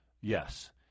yes